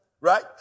Right